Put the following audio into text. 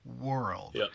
world